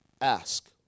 Ask